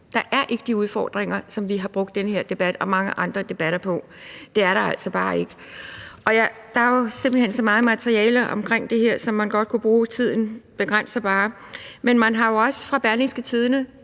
Der er ikke de udfordringer, som vi har brugt den her debat og mange andre debatter på; det er der altså bare ikke. Og der er jo simpelt hen så meget materiale omkring det her, som man godt kunne bruge – tiden begrænser bare – men man har jo også fra Berlingske Tidendes